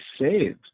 saved